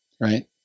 Right